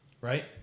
right